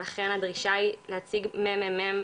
ולכן הדרישה היא להציג ממ"מ,